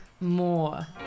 more